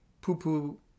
poo-poo